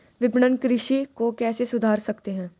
विपणन कृषि को कैसे सुधार सकते हैं?